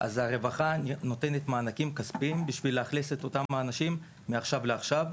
הרווחה נותנת מענקים כספים כדי לאכלס את אותם האנשים מעכשיו לעכשיו.